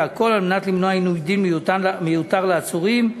והכול כדי למנוע עינוי דין מיותר לעצורים,